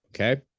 Okay